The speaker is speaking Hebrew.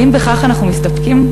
האם בכך אנחנו מסתפקים?